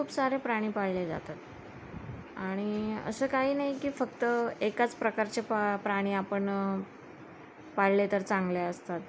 खूप सारे प्राणी पाळले जातात आणि असं काही नाही की फक्त एकाच प्रकारचे पा प्राणी आपण पाळले तर चांगले असतात